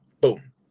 boom